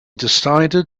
decided